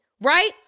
right